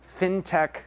fintech